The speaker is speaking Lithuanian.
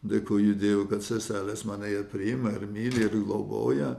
dėkoju dievui kad seselės mane priima ir myli ir globoja